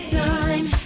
time